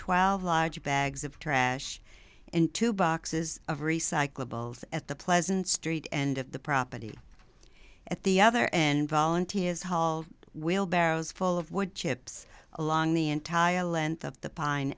twelve large bags of trash and two boxes of recyclables at the pleasant street end of the property at the other and volunteers haul will barrows full of wood chips along the entire length of the pine